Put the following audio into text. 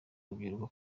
urubyiruko